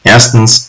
Erstens